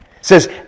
says